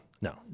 No